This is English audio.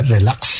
Relax